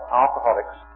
alcoholics